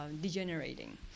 degenerating